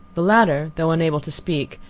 the latter, though unable to speak,